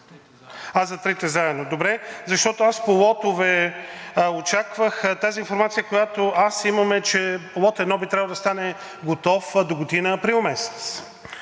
за трите заедно. Добре, защото аз по лотове очаквах. Тази информация, която аз имам, е: Лот 1 би трябвало да стане готов догодина през месец